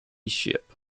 ship